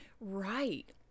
Right